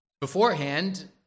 Beforehand